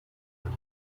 دلیل